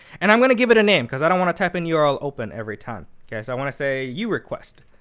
and i'm going to give it a name because i don't want to type in yeah url open every time. yeah i want to say u request,